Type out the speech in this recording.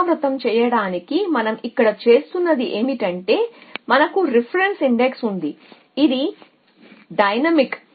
పునరావృతం చేయడానికి మనం ఇక్కడ చేస్తున్నది ఏమిటంటే మనకు రిఫరెన్స్ ఇండెక్స్ ఉంది ఇది డైనమిక్